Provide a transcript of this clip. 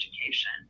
education